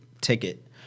ticket